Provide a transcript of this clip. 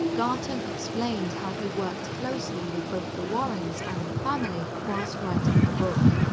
garton explained how he worked closely with both the warrens and the family whilst writing the book.